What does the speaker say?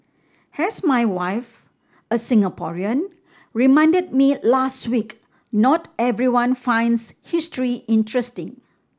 as my wife a Singaporean reminded me last week not everyone finds history interesting